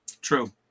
True